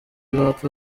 bapfa